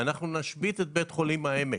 אנחנו נשבית את בית חולים העמק.